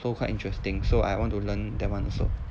so quite interesting so I want to learn that one also